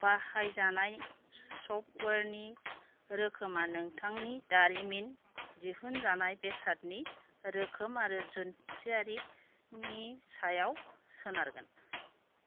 बाहायजानाय सफ्टवेरनि रोखोमा नोंथांनि दारिमिन दिहुनजानाय बेसादनि रोखोम आरो जुन्थियारिनि सायाव सोनारगोन